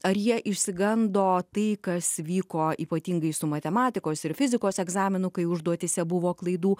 ar jie išsigando tai kas vyko ypatingai su matematikos ir fizikos egzaminu kai užduotyse buvo klaidų